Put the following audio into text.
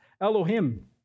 Elohim